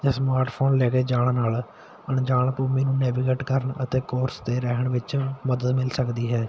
ਜਾਂ ਸਮਾਰਟਫੋਨ ਲੈ ਕੇ ਜਾਣ ਨਾਲ ਅਣਜਾਣ ਰੂਟ ਨੂੰ ਨੈਵੀਗੇਟ ਕਰਨ ਅਤੇ ਕੋਰਸ 'ਤੇ ਰਹਿਣ ਵਿੱਚ ਮਦਦ ਮਿਲ ਸਕਦੀ ਹੈ